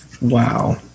Wow